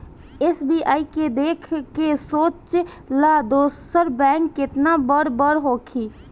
SBI के देख के सोच ल दोसर बैंक केतना बड़ बड़ होखी